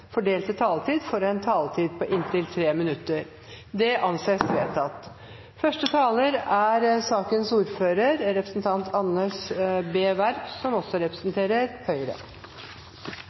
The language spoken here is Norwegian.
fordelte taletid, får en taletid på inntil 3 minutter. – Det anses vedtatt. Første taler er representanten Une Aina Bastholm for Rasmus Hansson, som er sakens ordfører.